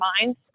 minds